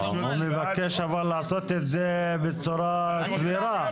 הוא מבקש לעשות את זה בצורה סבירה.